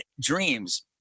Dreams